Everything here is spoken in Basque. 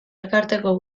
elkarteko